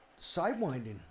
sidewinding